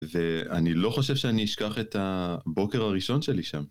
ואני לא חושב שאני אשכח את הבוקר הראשון שלי שם.